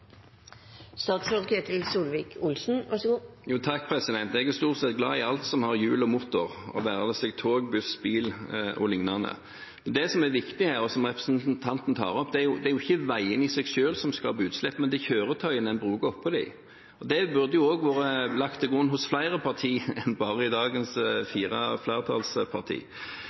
Jeg er stort sett glad i alt som har hjul og motor, det være seg tog, buss, bil o.l. Det som er viktig her, og som representanten tar opp, er at det ikke er veiene i seg selv som skaper utslipp, men det er kjøretøyene en bruker oppå dem, og det burde også vært langt til grunn av flere partier enn bare dagens